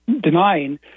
denying